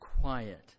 quiet